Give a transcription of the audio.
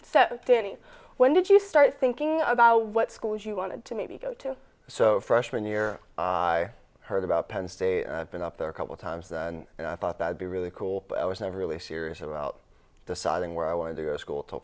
danny when did you start thinking about what schools you wanted to maybe go to so freshman year i heard about penn state been up there a couple times then and i thought that would be really cool but i was never really serious about deciding where i wanted to go to school t